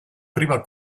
prima